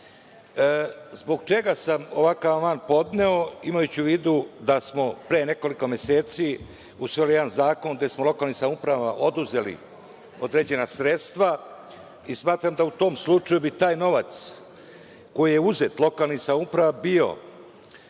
Zbog čega sam ovakav amandman podneo, imajući u vidu da smo pre nekoliko meseci usvojili jedan zakon gde smo lokalnim samoupravama oduzeli određena sredstva i smatram da bi u tom slučaju taj novac koji je uzet lokalnim samouprava bio